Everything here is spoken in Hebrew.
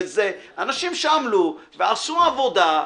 אנשים שעמלו ועשו עבודה,